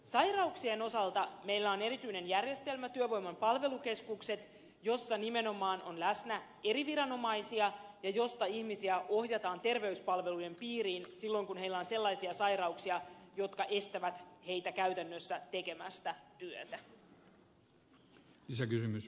sairauksien osalta meillä on erityinen järjestelmä työvoiman palvelukeskukset joissa nimenomaan on läsnä eri viranomaisia ja joista ihmisiä ohjataan terveyspalvelujen piiriin silloin kun heillä on sellaisia sairauksia jotka estävät heitä käytännössä tekemästä työtä